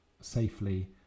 safely